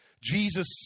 jesus